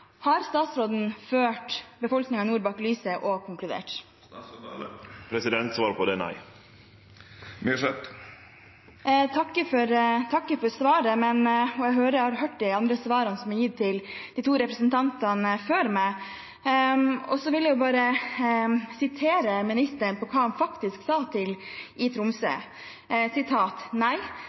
Har statsråden ført befolkningen i nord bak lyset, og konkludert?» Svaret på det er nei. Jeg takker for svaret, og jeg har hørt de andre svarene som er gitt til de to representantene før meg. Jeg vil sitere ministeren på hva han faktisk sa til